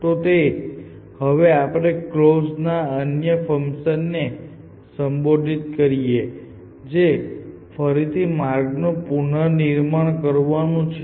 તો હવે આપણે કલોઝ ના અન્ય ફંકશન ને સંબોધિત કરીએ જે ફરીથી માર્ગનું પુનર્નિર્માણ કરવાનું છે